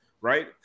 Right